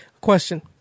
Question